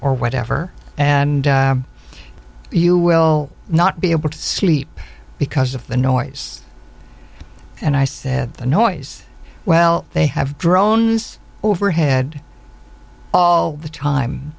or whatever and you will not be able to sleep because of the noise and i said the noise well they have drones overhead all the time